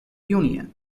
union